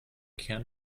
kern